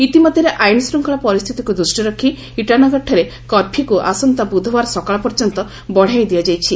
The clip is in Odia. ଇତିମଧ୍ୟରେ ଆଇନ ଶ୍ଚିଙ୍ଗଳା ପରିସ୍ଥିତିକୁ ଦୃଷ୍ଟିରେ ରଖି ଇଟାନଗରଠାରେ କର୍ଫ୍ୟୁକ୍ ଆସନ୍ତା ବୁଧବାର ସକାଳ ପର୍ଯ୍ୟନ୍ତ ବଡାଇ ଦିଆଯାଇଛି